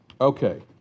Okay